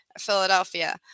Philadelphia